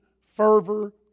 fervor